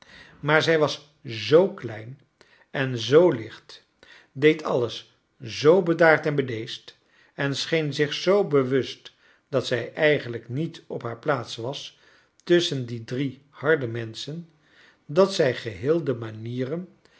maar zij was zoo klein en zoo licht deed alles zoo bedaard en bedeesd en scheen zich zoo bewust dat zij eigeniijk niet op haar plaats was tusschen die drie harde menschen dat zij geheel de manieren